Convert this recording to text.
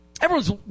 Everyone's